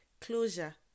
closure